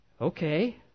Okay